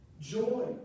joy